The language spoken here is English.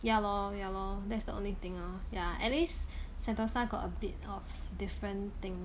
ya lor ya lor that's the only thing lor ya at least sentosa got a bit of different thing